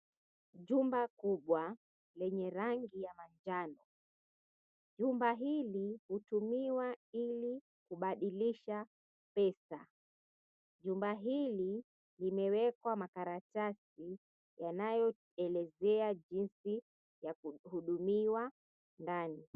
Nyumba kubwa yenye rangi ya manjano, nyumba hili hutumiwa ili kubadilisha pesa. Nyumba hii imewekwa makaratasi yanayo elezea jinsi ya kuhudumiwa ndani.